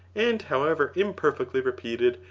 and however imperfectly repeated,